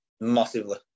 massively